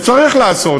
וצריך לעשות,